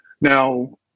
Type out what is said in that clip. Now